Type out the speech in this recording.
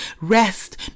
Rest